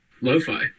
Lo-fi